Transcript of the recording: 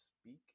speak